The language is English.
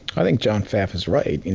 i think john fath is right.